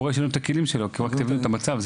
ורואה שאין לו את הכלים שלו - רק תבינו את המצב.